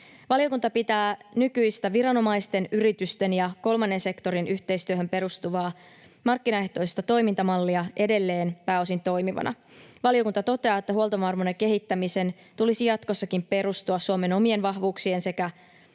Valiokunta pitää nykyistä viranomaisten, yritysten ja kolmannen sektorin yhteistyöhön perustuvaa markkinaehtoista toimintamallia edelleen pääosin toimivana. Valiokunta toteaa, että huoltovarmuuden kehittämisen tulisi jatkossakin perustua Suomen omien vahvuuksien sekä